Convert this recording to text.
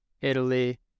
Italy